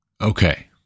Okay